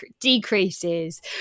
decreases